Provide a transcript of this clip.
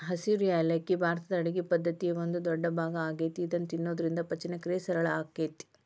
ಹಸಿರು ಯಾಲಕ್ಕಿ ಭಾರತದ ಅಡುಗಿ ಪದ್ದತಿಯ ಒಂದ ದೊಡ್ಡಭಾಗ ಆಗೇತಿ ಇದನ್ನ ತಿನ್ನೋದ್ರಿಂದ ಪಚನಕ್ರಿಯೆ ಸರಳ ಆಕ್ಕೆತಿ